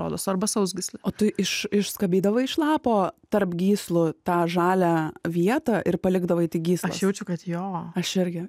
kodas arba sausgyslė o tu iš išskabydavai iš lapo tarp gyslų tą žalią vietą ir palikdavai tik gyslas aš jaučiu kad jo aš irgi